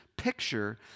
picture